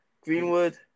Greenwood